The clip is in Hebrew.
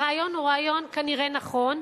הרעיון הוא רעיון כנראה נכון,